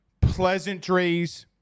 pleasantries